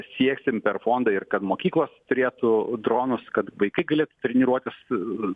sieksim per fondą ir kad mokyklos turėtų dronus kad vaikai galėtų treniruotis su